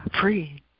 free